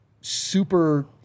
super